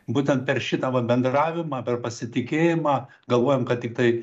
būtent per šitą va bendravimą per pasitikėjimą galvojam kad tiktai